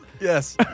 Yes